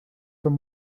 from